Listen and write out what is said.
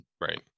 Right